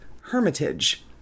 hermitage